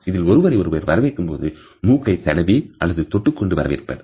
இதில் ஒருவரை ஒருவர் வரவேற்கும் போது மூக்கை தடவி அல்லது தொட்டுக் கொண்டு வரவேற்பர்